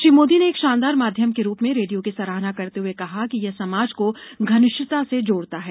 श्री मोदी ने एक शानदार माध्यम के रूप में रेडियो की सराहाना करते हए कहा कि यह समाज को घनिष्टता से जोड़ता है